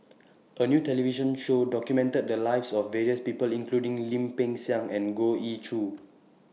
A New television Show documented The Lives of various People including Lim Peng Siang and Goh Ee Choo